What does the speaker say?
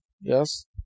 yes